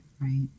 right